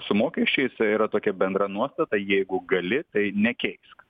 su mokesčiais yra tokia bendra nuostata jeigu gali tai nekeisk